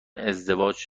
ازدواج